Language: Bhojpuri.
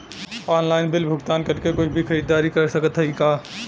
ऑनलाइन बिल भुगतान करके कुछ भी खरीदारी कर सकत हई का?